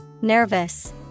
Nervous